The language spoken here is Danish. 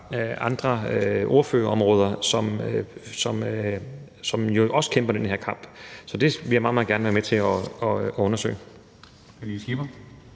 andre ordførerområder, som jo også kæmper den her kamp. Så det vil jeg meget, meget gerne være med til at undersøge.